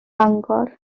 mangor